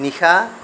নিশা